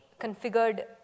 configured